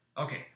Okay